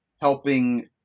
helping